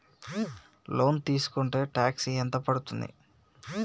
Loan తీస్కుంటే tax ఎంత పడ్తుంది?